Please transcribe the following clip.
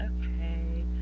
okay